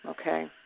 Okay